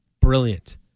Brilliant